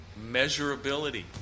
Measurability